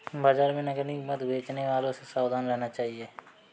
बाजार में नकली मधु बेचने वालों से सावधान रहना चाहिए